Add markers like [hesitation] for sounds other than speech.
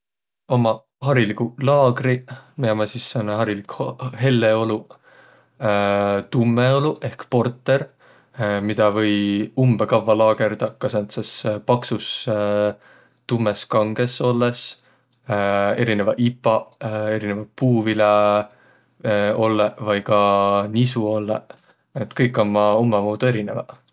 Ommaq hariliguq laagriq, miä om sis sääne helle oluq, [hesitation] tummõ oluq, ehk porter, midä või umbõ kavva laagõrdaq ka sääntses paksus, tummõs kangõs ollõs. Erineväq ipaq, erineväq puuviläollõq ja nisuollõ. Et kõik ommaq ummamuudu erineväq.